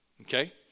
Okay